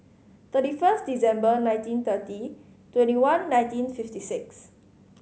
thirty first December nineteen thirty twenty one nineteen fifty six